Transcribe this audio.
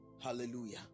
Hallelujah